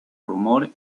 rumor